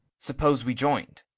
suppose we joined,